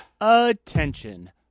attention